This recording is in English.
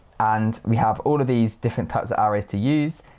and we have all of these different types of arrows to use.